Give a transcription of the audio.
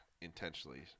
intentionally